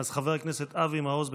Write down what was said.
אז חבר הכנסת אבי מעוז.